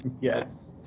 Yes